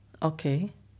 okay